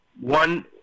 one